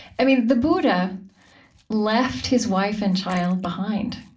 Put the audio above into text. i mean, the buddha left his wife and child behind,